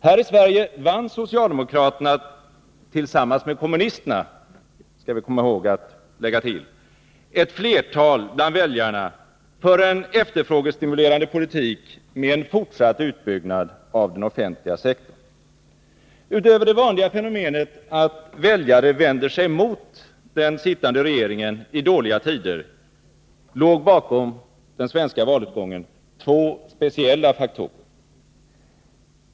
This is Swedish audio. Här i Sverige vann socialdemokraterna — tillsammans med kommunisterna, det skall vi komma ihåg att lägga till — ett flertal bland väljarna för en efterfrågestimulerande politik med fortsatt utbyggnad av den offentliga sektorn. Utöver det vanliga fenomenet att väljare vänder sig mot den sittande regeringen i dåliga tider låg bakom den svenska valutgången två speciella faktorer.